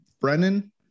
Brennan